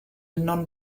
non